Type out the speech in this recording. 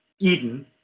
Eden